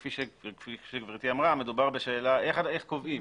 כפי שגברתי אמרה, השאלה היא איך קובעים